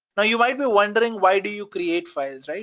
now you might be wondering why do you create files, right?